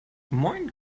moin